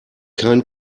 kein